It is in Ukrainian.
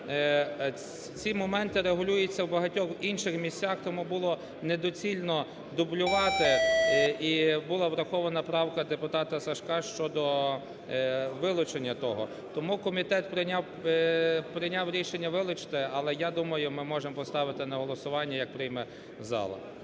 ці моменти регулюються в багатьох інших місцях, тому було недоцільно дублювати, і була врахована правка депутата Сажка щодо вилучення того. Тому комітет прийняв, прийняв рішення вилучити. Але я думаю, ми можемо поставити на голосування. Як прийме зала.